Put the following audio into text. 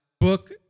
book